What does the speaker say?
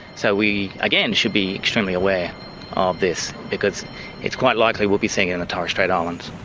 so we again should be extremely aware of this because it's quite likely we'll be seeing it in the torres strait islands.